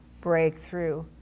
breakthrough